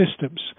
systems